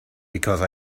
because